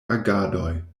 agadoj